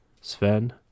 Sven